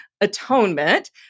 atonement